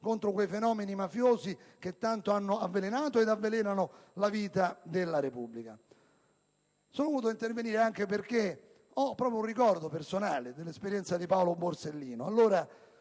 contro quei fenomeni mafiosi che tanto hanno avvelenato ed avvelenano la vita della Repubblica. Sono intervenuto anche perché ho un ricordo personale di Paolo Borsellino.